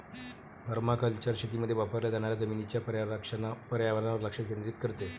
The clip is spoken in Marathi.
पर्माकल्चर शेतीमध्ये वापरल्या जाणाऱ्या जमिनीच्या पर्यावरणावर लक्ष केंद्रित करते